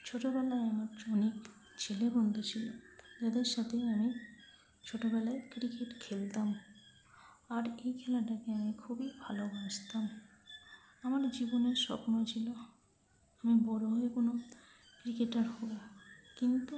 ছোটবেলায় আমার অনেক ছেলে বন্ধু ছিল যাদের সাথে আমি ছোটবেলায় ক্রিকেট খেলতাম আর এই খেলাটাকে আমি খুবই ভালোবাসতাম আমার জীবনের স্বপ্ন ছিল আমি বড় হয়ে কোনো ক্রিকেটার হব কিন্তু